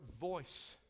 voice